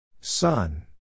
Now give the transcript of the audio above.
Sun